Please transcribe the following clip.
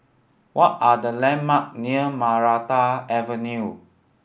what are the landmark near Maranta Avenue